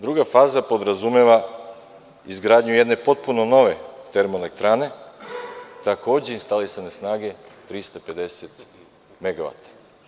Druga faza podrazumeva izgradnju jedne potpuno nove termoelektrane, takođe instalisane snage 350 megavata.